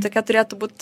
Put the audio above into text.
tokia turėtų būt